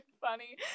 funny